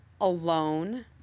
alone